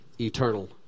eternal